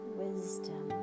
wisdom